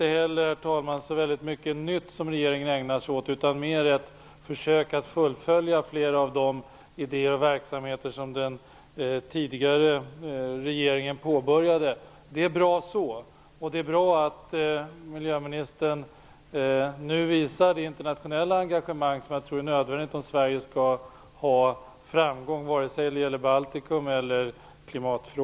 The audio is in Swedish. Regeringen ägnar sig väl inte heller åt särskilt mycket nya saker. Man försöker mera fullfölja flera av de idéer och verksamheter som den föregående regeringen påbörjade. Det är bra så. Det är bra att miljöministern nu visar det internationella engagemang som jag tror är nödvändigt om Sverige skall ha framgång oavsett om det gäller frågan om Baltikum eller klimatet.